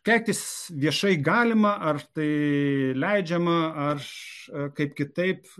keiktis viešai galima ar tai leidžiama aš kaip kitaip